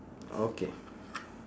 okay